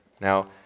Now